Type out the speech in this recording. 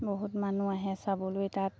বহুত মানুহ আহে চাবলৈ তাত